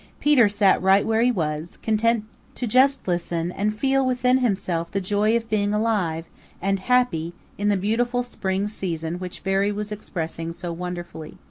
peter sat right where he was, content to just listen and feel within himself the joy of being alive and happy in the beautiful spring season which veery was expressing so wonderfully.